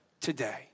today